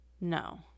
No